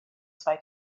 zwei